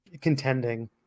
contending